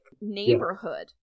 neighborhood